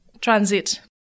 transit